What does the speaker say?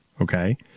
Okay